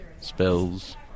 Spells